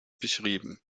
beschrieben